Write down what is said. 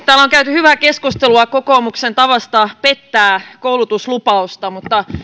täällä on käyty hyvää keskustelua kokoomuksen tavasta pettää koulutuslupaus mutta mutta